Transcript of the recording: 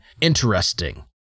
Interesting